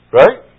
right